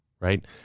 right